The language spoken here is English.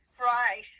Right